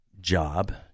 job